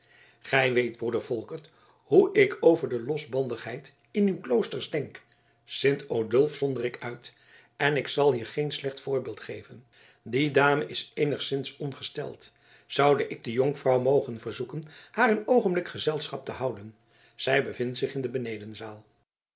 gij weet broeder volkert hoe ik over de losbandigheid in uw kloosters denk sint odulf zonder ik uit en ik zal hier geen slecht voorbeeld geven die dame is eenigszins ongesteld zoude ik de jonkvrouw mogen verzoeken haar een oogenblik gezelschap te houden zij bevindt zich in de benedenzaal